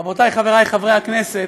חברותי וחברי חברי הכנסת,